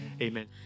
Amen